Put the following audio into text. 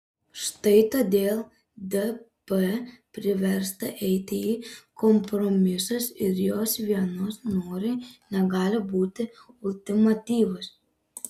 štai todėl dp priversta eiti į kompromisus ir jos vienos norai negali būti ultimatyvūs